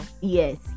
yes